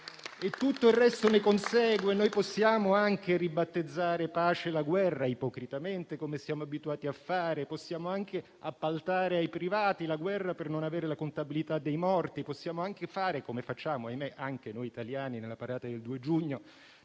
Tutto il resto ne consegue: possiamo anche ribattezzare «pace» la guerra, ipocritamente, come siamo abituati a fare, possiamo anche appaltare ai privati la guerra, per non avere la contabilità dei morti, possiamo anche - come facciamo anche noi italiani nella parata del 2 giugno